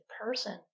person